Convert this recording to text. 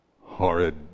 horrid